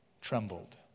trembled